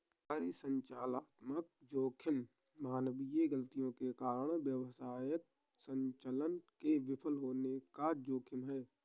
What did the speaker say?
परिचालनात्मक जोखिम मानवीय गलतियों के कारण व्यवसाय संचालन के विफल होने का जोखिम है